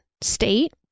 state